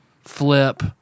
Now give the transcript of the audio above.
flip